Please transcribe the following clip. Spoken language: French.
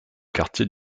quartier